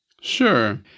Sure